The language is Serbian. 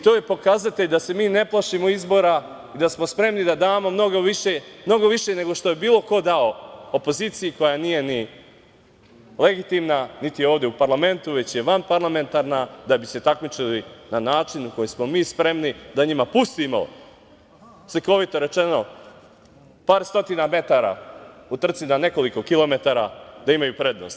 To je pokazatelj da se mi ne plašimo izbora i da smo spremni da damo mnogo više, nego što je bilo ko dao opoziciji koja nije ni legitimna, niti je ovde u parlamentu, već je vanparlamentarna, da bi se takmičili na način na koji smo mi spremni da njima pustimo, slikovito rečeno, par stotina metara u trci na nekoliko kilometara da imaju prednost.